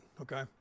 Okay